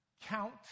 count